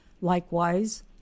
Likewise